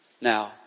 now